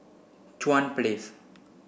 Chuan Place